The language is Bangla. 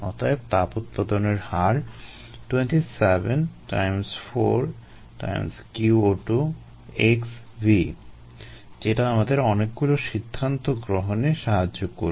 অতএব তাপ উৎপাদনের হার 27 যেটা আমাদের অনেকগুলো সিদ্ধান্ত গ্রহণে সাহায্য করবে